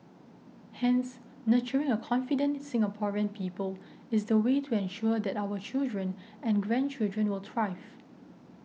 hence nurturing a confident Singaporean people is the way to ensure that our children and grandchildren will thrive